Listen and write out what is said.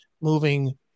moving